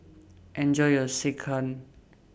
Enjoy your Sekihan